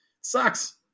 sucks